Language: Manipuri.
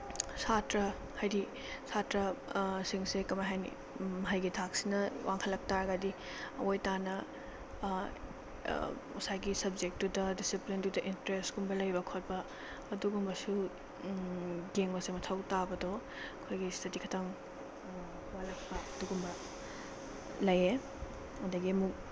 ꯁꯥꯇ꯭ꯔꯥ ꯍꯥꯏꯗꯤ ꯁꯥꯇ꯭ꯔꯥ ꯁꯤꯡꯁꯦ ꯀꯃꯥꯏꯅ ꯍꯥꯏꯅꯤ ꯃꯍꯩꯒꯤ ꯊꯥꯛꯁꯤꯅ ꯋꯥꯡꯈꯠꯂꯛ ꯇꯥꯔꯒꯗꯤ ꯑꯑꯣꯏ ꯇꯥꯅ ꯉꯁꯥꯏꯒꯤ ꯁꯕꯖꯦꯛꯇꯨꯗ ꯗꯤꯁꯤꯄ꯭ꯂꯤꯟꯗꯨꯗ ꯏꯟꯇꯔꯦꯁꯀꯨꯝꯕ ꯂꯩꯕ ꯈꯣꯠꯄ ꯑꯗꯨꯒꯨꯝꯕꯁꯨ ꯌꯦꯡꯕꯁꯦ ꯃꯊꯧ ꯇꯥꯕꯗꯣ ꯑꯩꯈꯣꯏꯒꯤꯁꯤꯗꯗꯤ ꯈꯤꯇꯪ ꯋꯥꯠꯂꯛꯄ ꯑꯗꯨꯒꯨꯝꯕ ꯂꯩꯌꯦ ꯑꯗꯒꯤ ꯑꯃꯨꯛ